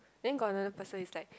then got the person is like